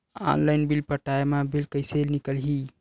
Online bill पटाय मा bill कइसे निकलही?